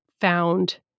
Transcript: found